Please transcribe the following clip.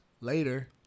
Later